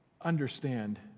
Understand